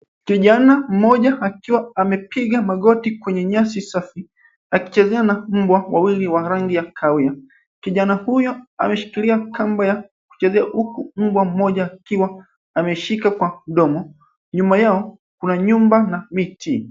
Kijana mmoja akiwa amepiga magoti kwenye nyasi safi akicheza na mbwa wawili wa rangi ya kahawia. Kijana huyu ameshikilia kamba ya kuchezea huku mbwa mmoja akiwa ameshika kwa mdomo. Nyuma yao kuna nyumba na miti.